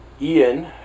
Ian